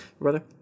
brother